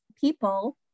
people